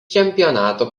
čempionato